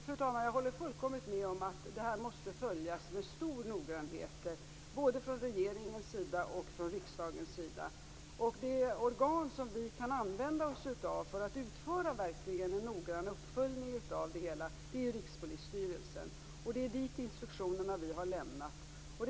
Fru talman! Jag håller fullkomligt med om att detta måste följas med stor noggrannhet, både från regeringens sida och från riksdagens sida. Det organ som vi kan använda oss av för att verkligen utföra en noggrann uppföljning av det hela är ju Rikspolisstyrelsen. Det är dit som vi har lämnat instruktionerna.